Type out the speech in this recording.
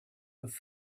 have